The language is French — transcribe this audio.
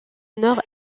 nord